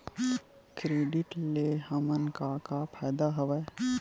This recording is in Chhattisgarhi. क्रेडिट ले हमन का का फ़ायदा हवय?